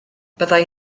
byddai